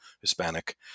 Hispanic